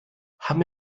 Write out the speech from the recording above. haben